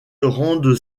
rende